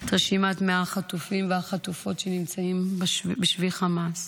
את רשימת 100 החטופים והחטופות שנמצאים בשבי חמאס.